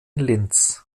linz